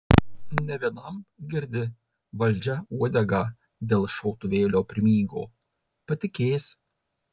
ne vienam girdi valdžia uodegą dėl šautuvėlio primygo patikės